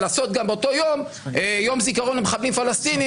באותו יום יום זיכרון למחבלים פלסטינים.